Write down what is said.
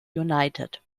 united